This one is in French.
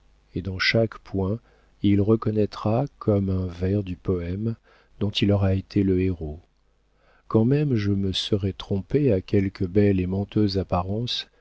et dans chaque point il reconnaîtra comme un vers du poëme dont il aura été le héros quand même je me serais trompée à quelque belle et menteuse apparence